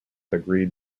agreed